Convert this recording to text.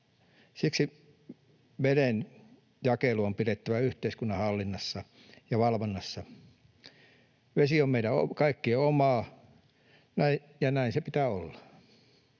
Siksi vedenjakelu on pidettävä yhteiskunnan hallinnassa ja valvonnassa. Vesi on meidän kaikkien omaa, ja näin se pitää olla.